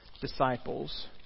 disciples